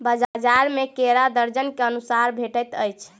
बजार में केरा दर्जन के अनुसारे भेटइत अछि